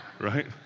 right